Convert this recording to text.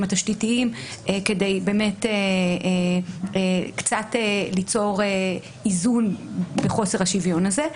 התשתיתיים כדי באמת קצת ליצור איזון בחוסר השוויון הזה.